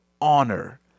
honor